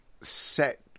set